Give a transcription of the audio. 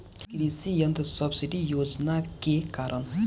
कृषि यंत्र सब्सिडी योजना के कारण?